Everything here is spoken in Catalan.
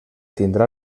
tindrà